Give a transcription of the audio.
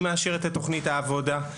היא מאשרת את תכנית העבודה,